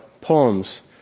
poems